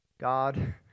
God